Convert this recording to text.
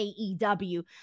AEW